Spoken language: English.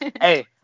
Hey